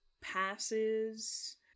passes